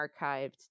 archived